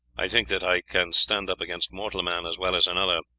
i think that i can stand up against mortal man as well as another,